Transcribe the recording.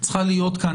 צריכה להיות כאן.